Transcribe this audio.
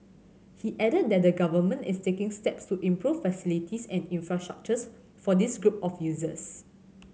he added that the Government is taking steps to improve facilities and infrastructures for this group of users